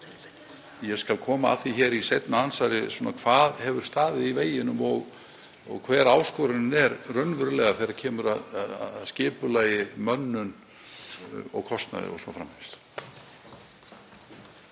Ég skal koma að því í seinna andsvari hvað hefur staðið í veginum og hver áskorunin er raunverulega þegar kemur að skipulagi, mönnun, kostnaði o.s.frv.